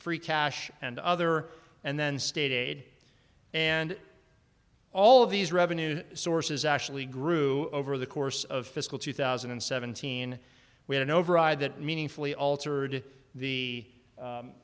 free cash and other and then state aid and all of these revenue sources actually grew over the course of fiscal two thousand and seventeen we had an override that meaningfully altered the